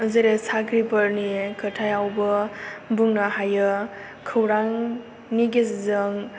जेरै साख्रि फोरनि खोथायावबो बुंनो हायो खौरांनि गेजेरजों